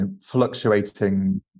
fluctuating